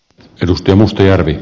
arvoisa puhemies